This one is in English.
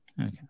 okay